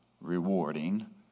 rewarding